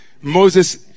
Moses